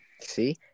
See